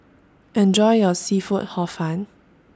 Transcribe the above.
Enjoy your Seafood Hor Fun